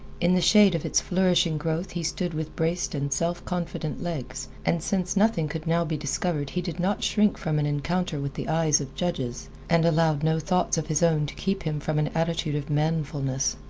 in the shade of its flourishing growth he stood with braced and self-confident legs, and since nothing could now be discovered he did not shrink from an encounter with the eyes of judges, and allowed no thoughts of his own to keep him from an attitude of manfulness.